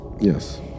Yes